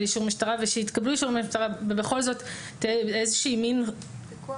אישור משטרה ושהתקבל אישור משטרה ובכל זאת איזשהו פיקוח,